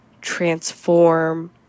transform